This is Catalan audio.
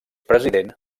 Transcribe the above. president